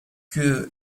queue